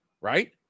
right